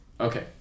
Okay